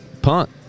punt